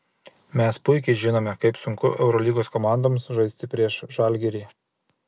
mes puikiai žinome kaip sunku eurolygos komandoms žaisti prieš žalgirį